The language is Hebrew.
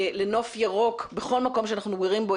לנוף ירוק בכל מקום שאנחנו גרים בו,